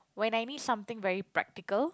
when I need something very practical